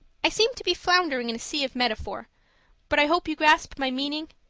i seem to be floundering in a sea of metaphor but i hope you grasp my meaning?